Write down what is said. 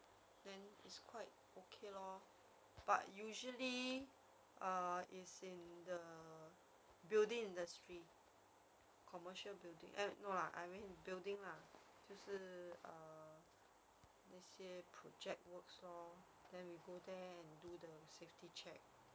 then it's quite okay lor but usually err it's in the building industry commercial building eh no lah I mean building lah 就是 err 那一些 project works lor then we go there and do the safety check